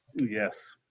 Yes